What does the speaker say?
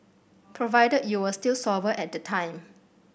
provided you were still sober at the time